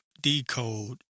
decode